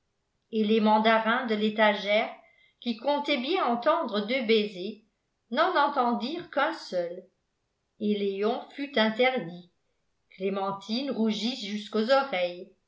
et les mandarins de l'étagère qui comptaient bien entendre deux baisers n'en entendirent qu'un seul et léon fut interdit clémentine rougit jusqu'aux oreilles